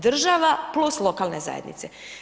Država plus lokalne zajednice.